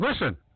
Listen